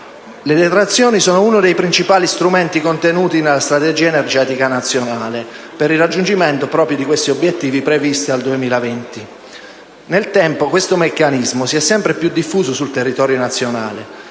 Le detrazioni sono uno dei principali strumenti contenuti nella strategia energetica nazionale proprio per il raggiungimento di questi obiettivi previsti al 2020. Nel tempo questo meccanismo si è sempre più diffuso nel territorio nazionale.